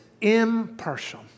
impartial